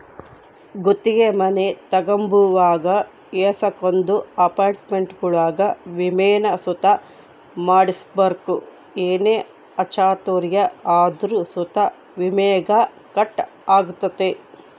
ಗುತ್ತಿಗೆ ಮನೆ ತಗಂಬುವಾಗ ಏಸಕೊಂದು ಅಪಾರ್ಟ್ಮೆಂಟ್ಗುಳಾಗ ವಿಮೇನ ಸುತ ಮಾಡ್ಸಿರ್ಬಕು ಏನೇ ಅಚಾತುರ್ಯ ಆದ್ರೂ ಸುತ ವಿಮೇಗ ಕಟ್ ಆಗ್ತತೆ